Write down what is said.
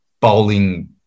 bowling